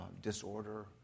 disorder